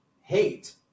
hate